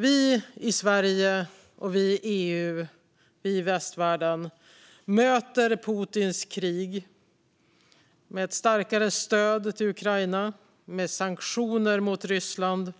Vi i Sverige, vi i EU och vi i västvärlden möter Putins krig med ett starkare stöd till Ukraina och med sanktioner mot Ryssland,